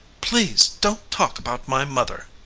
please don't talk about my mother.